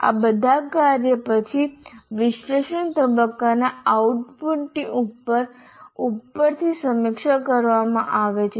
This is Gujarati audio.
આ બધા કર્યા પછી વિશ્લેષણ તબક્કાના આઉટપુટની ઉપર ઉપર થી સમીક્ષા કરવામાં આવે છે